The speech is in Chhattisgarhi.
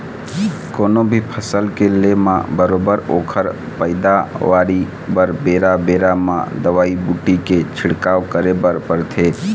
कोनो भी फसल के ले म बरोबर ओखर पइदावारी बर बेरा बेरा म दवई बूटी के छिड़काव करे बर परथे